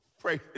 Pray